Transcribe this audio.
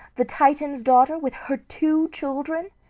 the titan's daughter, with her two children?